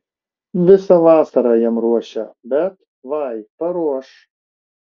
visą vasarą jam ruošia bet vai paruoš